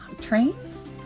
trains